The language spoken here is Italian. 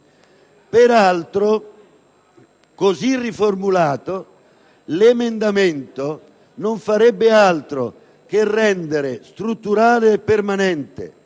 Peraltro, così riformulato l'emendamento non farebbe altro che rendere strutturale e permanente